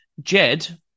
Jed